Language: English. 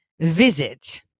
visit